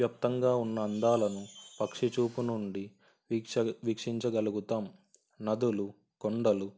వ్యప్తంగా ఉన్న అందాలను పక్షి చూపు నుండి వీక్ష వీక్షించగలుగుతాం నదులు కొండలు